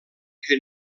que